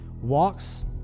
Walks